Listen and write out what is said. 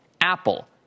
Apple